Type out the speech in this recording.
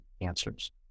answers